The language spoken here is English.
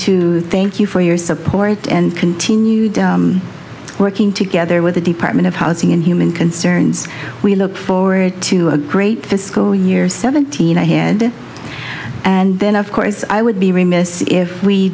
to thank you for your support and continued working together with the department of housing and human concerns we look forward to a great fiscal year seventeen ahead and then of course i would be remiss if we